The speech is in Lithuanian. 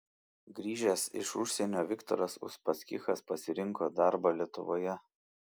grįžęs iš užsienio viktoras uspaskichas pasirinko darbą lietuvoje